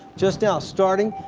just now starting,